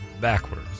backwards